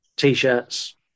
T-shirts